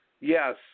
yes